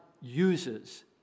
uses